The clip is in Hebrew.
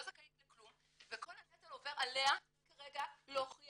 לא זכאית לכלום" וכל הנטל עובר אליה כרגע להוכיח